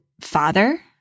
father